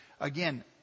again